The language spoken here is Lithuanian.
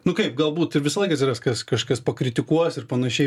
nu kaip galbūt ir visąlaik atsiras kas kažkas pakritikuos ir panašiai